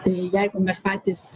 tai jeigu mes patys